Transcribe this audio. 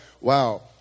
wow